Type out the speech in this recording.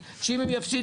יש לדאוג למשפחות.